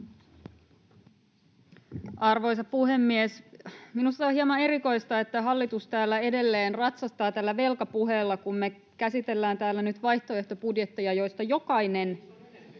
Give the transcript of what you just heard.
Arvoisa puhemies! Minusta on hieman erikoista, että hallitus täällä edelleen ratsastaa tällä velkapuheella, kun me käsitellään täällä nyt vaihtoehtobudjetteja, joista jokainen,